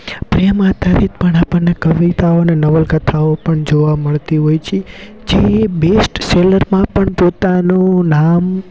પ્રેમ આધારિત પણ આપણને કવિતાઓને નવલકથાઓ પણ જોવા મળતી હોય છે જે બેસ્ટસેલરમાં પણ પોતાનું નામ